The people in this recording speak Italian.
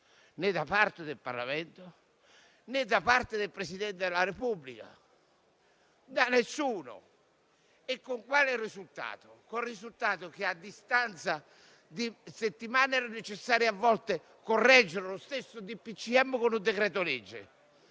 né da parte del Parlamento, né da parte del Presidente della Repubblica, né da parte di alcuno? Con quale risultato? Con il risultato che, a distanza di settimane, è stato necessario a volte correggere lo stesso decreto del